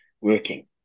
working